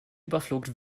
überflog